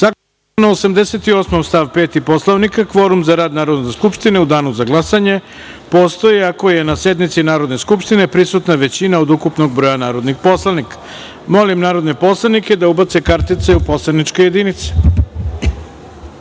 članu 88. stav 5. Poslovnika kvorum za rad Narodne skupštine u danu za glasanje postoji, ako je na sednici Narodne skupštine prisutna većina od ukupnog broja narodnih poslanika. Molim narodne poslanike da ubace kartice u poslaničke